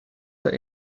that